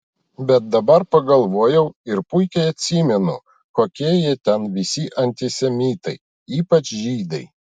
bet dabar pagalvojau ir puikiai atsimenu kokie jie ten visi antisemitai ypač žydai